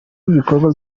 ibikorwa